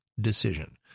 decision